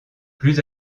plus